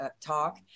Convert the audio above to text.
talk